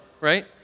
right